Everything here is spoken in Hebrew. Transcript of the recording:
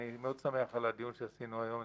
אני מאוד שמח על הדיון שעשינו היום,